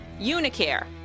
Unicare